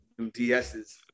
DSs